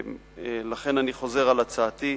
לכן אני חוזר על הצעתי.